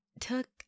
took